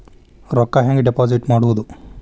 ರೊಕ್ಕ ಹೆಂಗೆ ಡಿಪಾಸಿಟ್ ಮಾಡುವುದು?